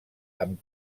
amb